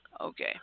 Okay